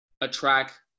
attract